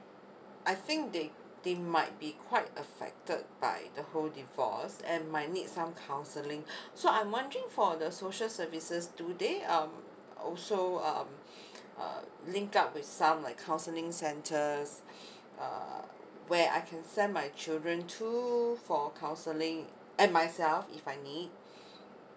I think they they might be quite affected by the whole divorce and might need some counselling so I'm wondering for the social services do they um also um uh linked up with some like counselling centers uh where I can send my children through for counselling and myself if I need